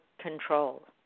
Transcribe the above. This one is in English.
control